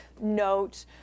note